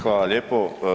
Hvala lijepo.